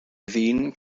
ddyn